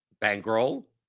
Bankroll